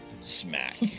Smack